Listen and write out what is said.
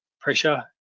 pressure